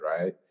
right